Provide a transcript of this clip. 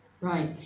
Right